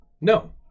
No